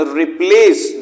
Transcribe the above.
replace